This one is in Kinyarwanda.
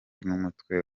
n’umutwe